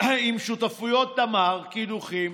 עם שותפויות תמר קידוחים,